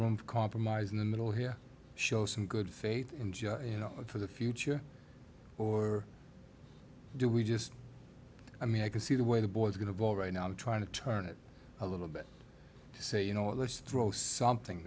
room for compromise in the middle here show some good faith and you know for the future or do we just i mean i can see the way the board going to vote right now trying to turn it a little bit to say you know what let's throw something